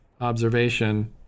observation